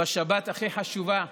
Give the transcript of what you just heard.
בשבת הכי חשובה,